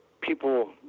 people